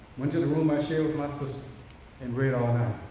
went to the room i shared with my sister and read all night.